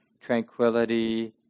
tranquility